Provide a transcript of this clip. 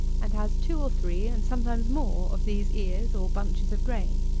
and has two or three and sometimes more, of these ears or bunches of grain.